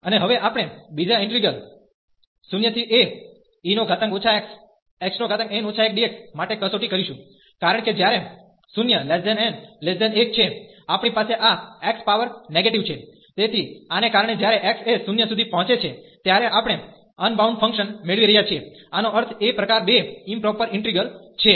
અને હવે આપણે બીજા ઈન્ટિગ્રલ 0ae xxn 1dx માટે કસોટી કરીશું કારણ કે જ્યારે 0 n 1 છે આપણી પાસે આ x પાવર નેગેટીવ છે તેથી આને કારણે જ્યારે x એ 0 સુધી પહોંચે છે ત્યારે આપણે અનબાઉન્ડ ફંક્શન મેળવી રહ્યા છીએ આનો અર્થ એ પ્રકાર 2 ઈમપ્રોપર ઇન્ટિગલ છે